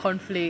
conflict